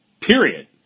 Period